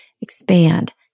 expand